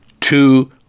two